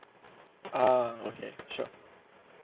ah okay sure